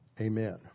Amen